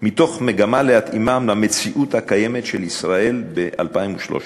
מתוך מגמה להתאימם למציאות הקיימת של ישראל ב-2013.